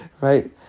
Right